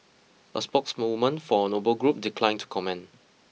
a spokeswoman for Noble Group declined to comment